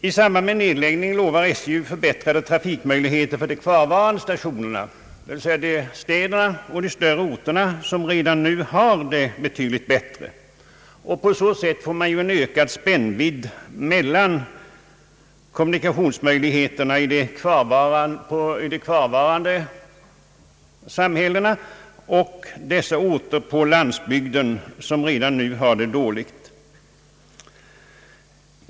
I samband med nedläggningen lovar SJ förbättrade trafikmöjligheter för de kvarvarande stationerna, dvs. i städerna och på de större orterna, vilka redan nu har det betydligt bättre, och på så sätt får man en ökad spännvidd mellan kommunikationsmöjligheterna i de kvarvarande samhällena och de orter på landsbygden som redan nu har det dåligt.